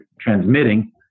transmitting